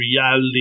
reality